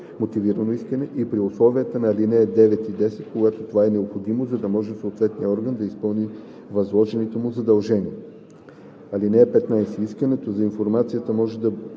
мотивирано искане и при условията на ал. 9 и 10, когато това е необходимо, за да може съответният орган да изпълнява възложените му задължения. (15) Искането за информацията може да